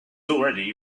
already